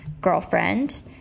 girlfriend